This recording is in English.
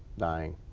dying.